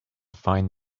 find